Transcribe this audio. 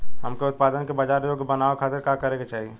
हमके उत्पाद के बाजार योग्य बनावे खातिर का करे के चाहीं?